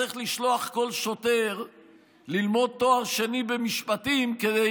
צריך לשלוח כל שוטר ללמוד תואר שני במשפטים כדי